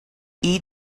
eat